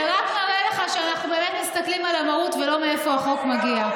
זה רק מראה לך שאנחנו באמת מסתכלים על המהות ולא מאיפה החוק מגיע.